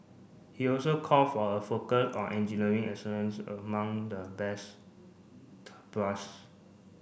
he also call for a focus on engineering excellence among the brass